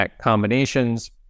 combinations